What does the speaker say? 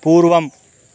पूर्वम्